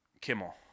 Kimmel